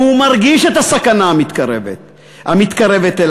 הוא מרגיש את הסכנה המתקרבת אליו,